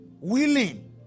willing